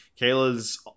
Kayla's